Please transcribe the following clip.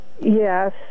Yes